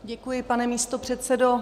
Děkuji, pane místopředsedo.